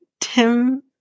Tim